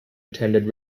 attended